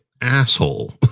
asshole